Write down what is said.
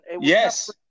Yes